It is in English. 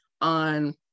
on